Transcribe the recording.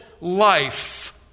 life